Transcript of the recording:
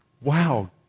wow